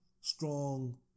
strong